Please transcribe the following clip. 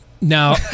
now